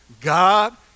God